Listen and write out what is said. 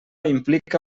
implica